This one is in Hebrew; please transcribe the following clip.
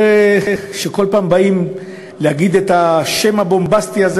וכל פעם שבאים להגיד את השם הבומבסטי הזה,